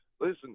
Listen